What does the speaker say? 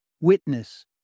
Witness